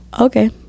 Okay